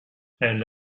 elle